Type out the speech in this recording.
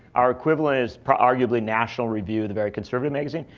our equivalent is arguably national review, the very conservative magazine.